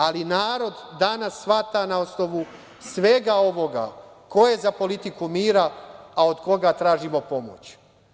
Ali, narod danas shvata na osnovu svega ovoga ko je za politiku mira, a od koga tražimo pomoć.